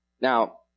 Now